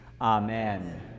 Amen